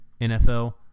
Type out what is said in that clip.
NFL